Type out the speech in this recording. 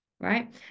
right